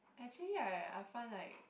actually right I find like